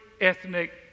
ethnic